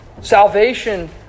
salvation